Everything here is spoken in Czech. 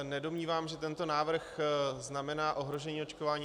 Nedomnívám se, že tento návrh znamená ohrožení očkování.